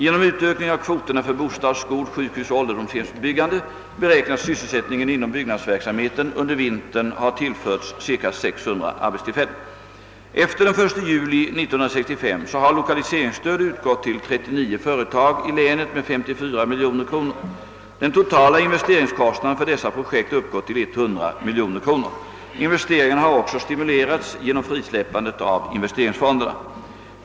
Genom utökning av kvoterna för bostads-, skol-, sjukhusoch ålderdomshemsbyggande beräknas sysselsättningen inom byggnadsverksamheten under vintern ha tillförts cirka 600 arbetstillfällen. Efter den 1 juli 1965 har lokaliseringsstöd utgått till 39 företag i länet med 54 miljoner kronor. Den totala investeringskostnaden för dessa projekt uppgår till 100 miljoner kronor. Investeringarna har också stimulerats genom frisläppandet av investeringsfonderna.